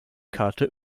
karte